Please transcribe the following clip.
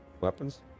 Weapons